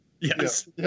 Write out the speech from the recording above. Yes